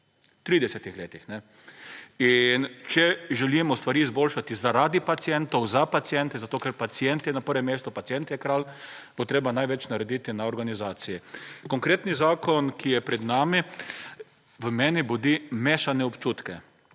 30-ih letih. In če želimo stvari izboljšati zaradi pacientov, za paciente, zato ker pacient je na prvem mestu, pacient je kralj, bo treba največ narediti na organizaciji. Konkretni zakon, ki je pred nami, v meni budi mešane občutke.